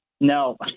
No